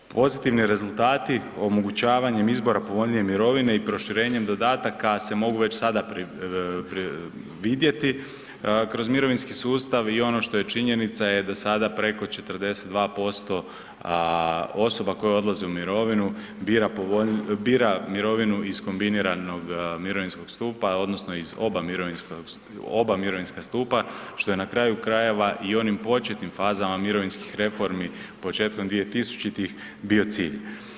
Pozitivni rezultati omogućavanjem izbora povoljnije mirovine i proširenjem dodataka se mogu već sada vidjeti kroz mirovinski sustav i ono što je činjenica je da sada preko 42% osoba koje odlaze u mirovinu bira mirovinu iz kombiniranog mirovinskog stupa odnosno iz oba mirovinska stupa što je na kraju krajeva i u onim početnim fazama mirovinskih reformi početkom 2000.-ih bio cilj.